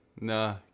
Nah